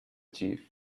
chief